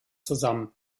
zusammen